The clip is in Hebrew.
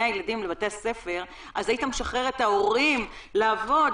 הילדים ולבתי הספר אז היית משחרר את ההורים לעבוד,